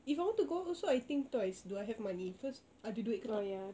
if I want to go out do I have money first ada duit ke tak